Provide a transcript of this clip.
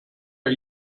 bei